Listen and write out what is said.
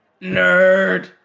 Nerd